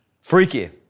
Freaky